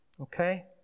okay